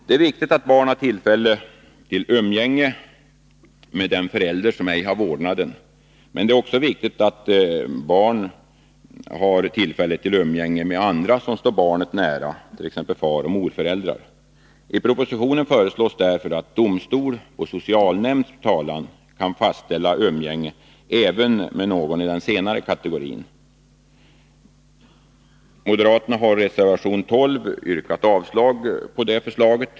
Det är viktigt att barn har tillfälle till umgänge med den förälder som ej har vårdnaden, det är också viktigt att barn har tillfälle till umgänge med andra som står barnet nära, t.ex. faroch morföräldrar. I propositionen föreslås därför att domstol på socialnämnds talan kan fastställa rätt till umgänge även med någon i den senare kategorin. Moderaterna har i reservation 12 yrkat avslag på detta förslag.